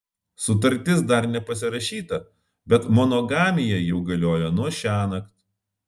sutartis dar nepasirašyta bet monogamija jau galioja nuo šiąnakt